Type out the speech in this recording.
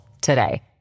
today